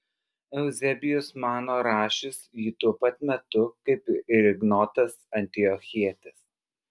euzebijus mano rašius jį tuo pat metu kaip ir ignotas antiochietis